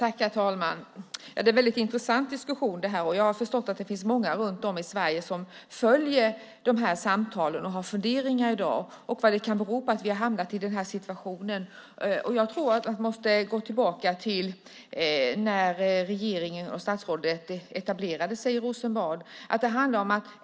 Herr talman! Det är en mycket intressant diskussion. Jag har förstått att det finns många runt om i Sverige som följer dessa samtal och har funderingar om vad det kan bero på att vi har hamnat i denna situation. Jag tror att man måste gå tillbaka till när regeringen och statsrådet etablerade sig i Rosenbad.